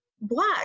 black